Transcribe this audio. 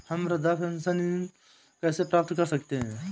हम वृद्धावस्था पेंशन कैसे प्राप्त कर सकते हैं?